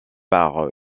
par